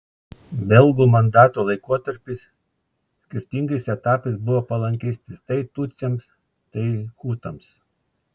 belgų mandato laikotarpis skirtingais etapais buvo palankesnis tai tutsiams tai hutams